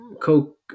coke